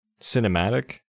cinematic